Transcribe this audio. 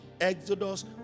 Exodus